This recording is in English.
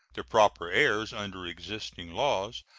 the proper heirs under existing laws,